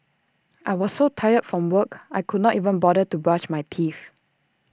I was so tired from work I could not even bother to brush my teeth